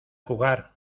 jugar